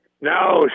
No